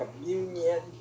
communion